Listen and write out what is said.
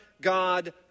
God